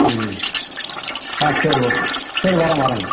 ம் ஆ சரி ஓகே சரி வரேன் வரேங்க